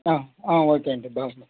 okay అండి bye